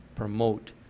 promote